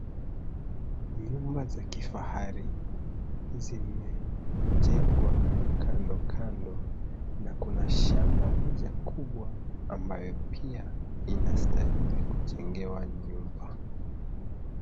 Nyumba za kifahari zimejengwa kando kando na kuna shamba moja kubwa ambayo pia inastahili kujengewa nyumba.